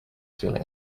feeling